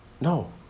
no